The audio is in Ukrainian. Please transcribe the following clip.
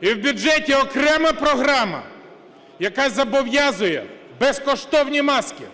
І в бюджеті окрема програма, яка зобов'язує безкоштовні маски,